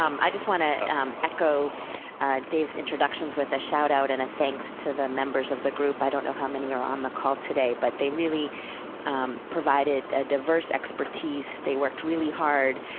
um i just want to echo dave's introductions with a shout out and a thanks to the member of the group. i don't know how many are on the call today, but they really provided a diverse expertise, they worked really hard,